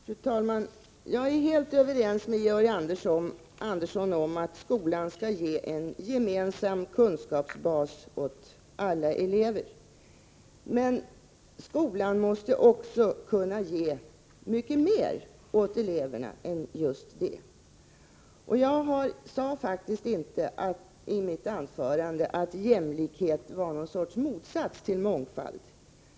Fru talman! Jag är helt överens med Georg Andersson om att skolan skall ge en gemensam kunskapsbas åt alla elever. Men skolan måste också kunna ge mycket mer åt eleverna. Jag sade faktiskt inte i mitt anförande att jämlikhet var någon sorts motsats till mångfald.